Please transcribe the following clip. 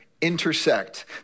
intersect